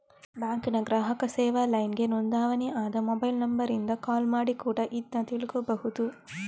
ಬ್ಯಾಂಕಿನ ಗ್ರಾಹಕ ಸೇವಾ ಲೈನ್ಗೆ ನೋಂದಣಿ ಆದ ಮೊಬೈಲ್ ನಂಬರಿಂದ ಕಾಲ್ ಮಾಡಿ ಕೂಡಾ ಇದ್ನ ತಿಳ್ಕೋಬಹುದು